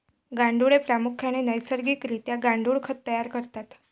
गांडुळे प्रामुख्याने नैसर्गिक रित्या गांडुळ खत तयार करतात